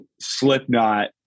Slipknot